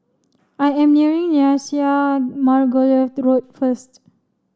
I am Nyasia Margoliouth Road first